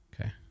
Okay